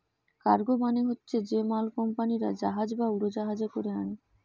cargo মানে হচ্ছে যে মাল কুম্পানিরা জাহাজ বা উড়োজাহাজে কোরে আনে